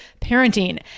parenting